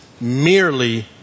merely